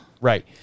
Right